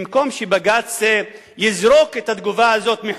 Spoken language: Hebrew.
במקום שבג"ץ יזרוק את התגובה הזאת אל